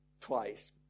twice